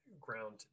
ground